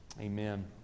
Amen